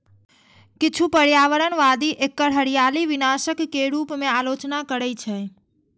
किछु पर्यावरणवादी एकर हरियाली विनाशक के रूप मे आलोचना करै छै